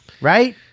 right